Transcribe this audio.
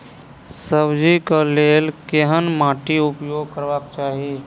सब्जी कऽ लेल केहन माटि उपयोग करबाक चाहि?